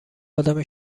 آدم